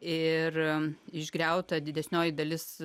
ir išgriauta didesnioji dalis